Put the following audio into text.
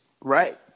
right